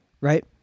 Right